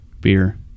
Beer